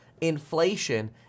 inflation